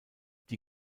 die